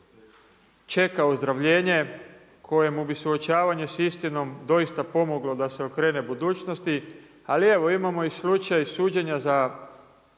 čeka ozdravljenje, kojemu mu suočavanje s istinom doista pomoglo da se okrene budućnosti. Ali evo imamo i slučaj suđenja za